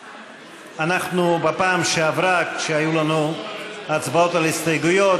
בפעם שעברה כשהיו לנו הצבעות על הסתייגויות